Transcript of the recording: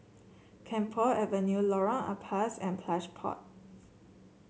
Camphor Avenue Lorong Ampas and Plush Pod